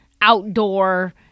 outdoor